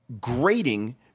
grating